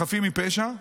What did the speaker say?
בחפים מפשע,